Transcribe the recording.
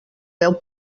veu